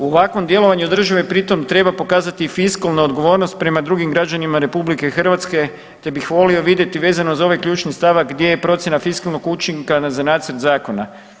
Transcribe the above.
U ovakvom djelovanju države pri tom treba pokazati fiskalnu odgovornost prema drugim građanima RH te bih volio vidjeti vezano za ovaj ključni stavak gdje je procjena fiskalnog učinka na za nacrt zakona.